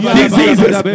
diseases